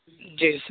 جی